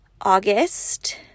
August